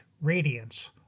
radiance